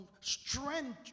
strength